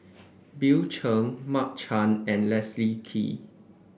Bill Chen Mark Chan and Leslie Kee